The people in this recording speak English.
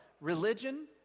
religion